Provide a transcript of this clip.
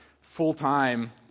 full-time